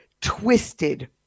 twisted